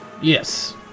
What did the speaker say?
Yes